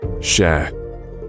Share